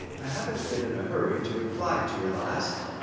i haven't been in a hurry to reply to your last,